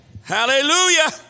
Hallelujah